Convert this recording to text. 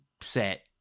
set